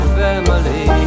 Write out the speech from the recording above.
family